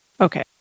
Okay